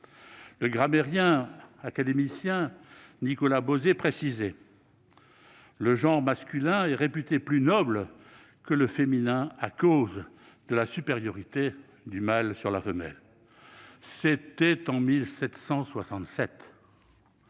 Le grammairien et académicien Nicolas Beauzée précisait :« Le genre masculin est réputé plus noble que le féminin, à cause de la supériorité du mâle sur la femelle. » Bah voyons ! C'était en 1767